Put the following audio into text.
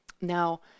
now